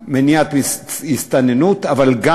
שתי פעולות יש לה: גם מניעת הסתננות, אבל גם